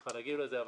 צריכה להגיב לזה.